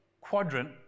quadrant